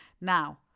now